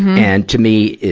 and, to me,